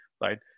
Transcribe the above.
right